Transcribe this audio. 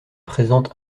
présente